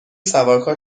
سوارکار